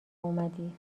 اومدی